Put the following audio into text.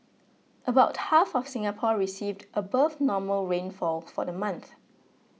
about half of Singapore received above normal rainfall for the month